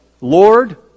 Lord